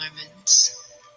moments